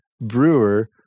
brewer